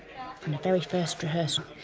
very first rehearsal,